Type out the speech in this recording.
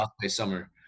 Summer